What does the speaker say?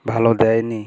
ভালো দেয়নি